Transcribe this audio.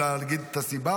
אתה מוכן להגיד את הסיבה,